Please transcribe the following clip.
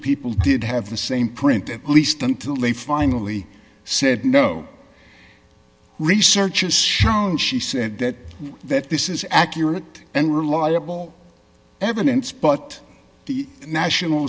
people did have the same print at least until they finally said no research has shown she said that that this is accurate and reliable evidence but the national